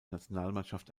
nationalmannschaft